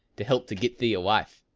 to help to get thee a wife.